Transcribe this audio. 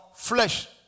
flesh